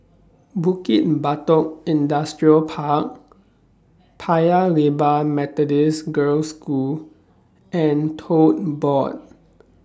Bukit Batok Industrial Park Paya Lebar Methodist Girls' School and Tote Board